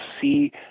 see